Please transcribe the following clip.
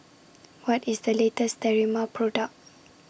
What IS The latest Sterimar Product